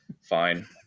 fine